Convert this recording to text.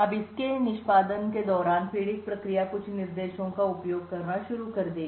अब इसके निष्पादन के दौरान पीड़ित प्रक्रिया कुछ निर्देशों का उपयोग करना शुरू कर देगी